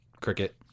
Cricket